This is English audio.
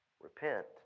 Repent